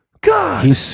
God